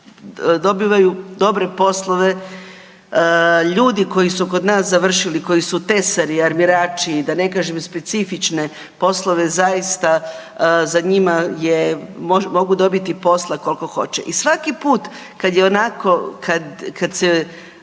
dobivaju dobre poslove, ljudi koji su kod nas završili, koji su tesari, armirači, da ne kažem specifične poslove, zaista za njima je, mogu dobiti posla koliko hoće i svaki put kad je onako, kad se